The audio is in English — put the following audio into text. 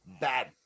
Bad